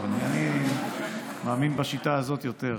אני מאמין בשיטה הזאת יותר.